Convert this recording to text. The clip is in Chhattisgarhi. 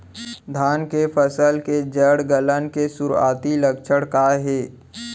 धान के फसल के जड़ गलन के शुरुआती लक्षण का हे?